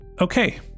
Okay